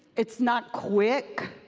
it's not quick.